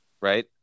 right